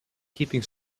keeping